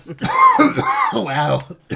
Wow